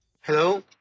Hello